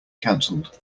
canceled